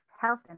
health